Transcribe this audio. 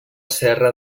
serra